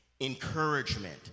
encouragement